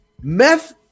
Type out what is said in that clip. meth